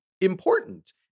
important